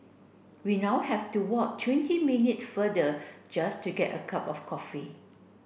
we now have to walk twenty minutes further just to get a cup of coffee